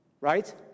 right